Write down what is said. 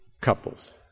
Couples